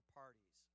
parties